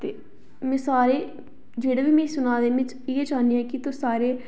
ते सारी जेहड़ा बी मिगी सुनै दे में इयै चाहन्नीं के तुस सारे